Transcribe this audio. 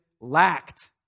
lacked